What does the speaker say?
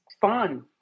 fun